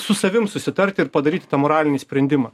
su savim susitarti ir padaryti tą moralinį sprendimą